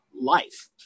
life